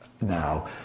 now